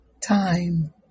time